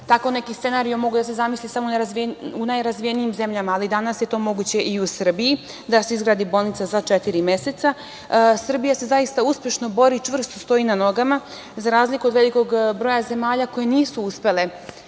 Takav neki scenario je mogao da se zamisli samo u najrazvijenijim zemljama, ali danas je to moguće i u Srbiji, da se izgradi bolnica za četiri meseca. Srbija se zaista uspešno bori i čvrsto stoji na nogama, za razliku od velikog broja zemalja koje nisu uspele